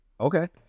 Okay